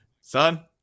son